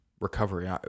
recovery